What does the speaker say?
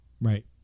Right